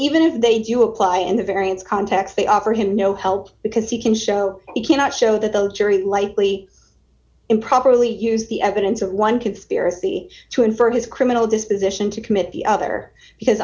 even if they do apply in the variance context they offer him no help because he can show he cannot show that the jury lightly improperly used the evidence of one conspiracy to infer his criminal disposition to commit the other because